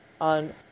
on